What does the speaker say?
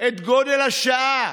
את גודל השעה,